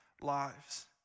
lives